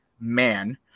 man